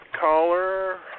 caller